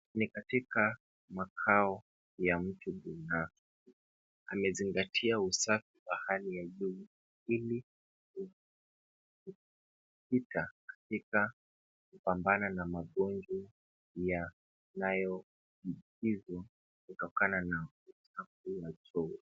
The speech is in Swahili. Ni katika makao ya mtu binafsi. Amezingatia usafi wa hali ya juu ili kujikita katika kupambana na magonjwa yanayomkivu kutokana na uchafu wa choo.